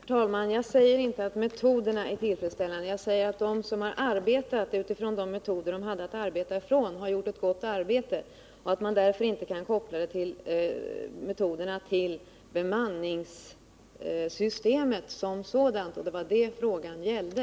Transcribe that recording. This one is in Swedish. Herr talman! Jag säger inte att metoderna är tillfredsställande. Jag säger bara att de som har arbetat efter de metoder de hade att arbeta efter har gjort ett gott arbete och att man därför inte kan koppla metoderna till bemanningssystemet som sådant. Det var detta frågan gällde.